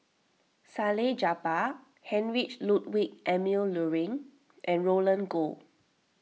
Salleh Japar Heinrich Ludwig Emil Luering and Roland Goh